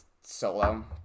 solo